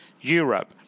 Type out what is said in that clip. Europe